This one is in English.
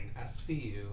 SVU